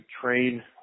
train